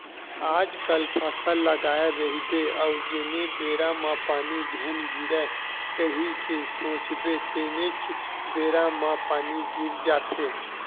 आजकल फसल लगाए रहिबे अउ जेन बेरा म पानी झन गिरय कही के सोचबे तेनेच बेरा म पानी गिर जाथे